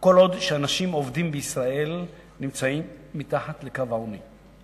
כל עוד אנשים עובדים בישראל נמצאים מתחת לקו העוני.